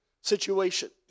situation